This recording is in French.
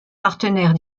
partenaire